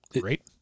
great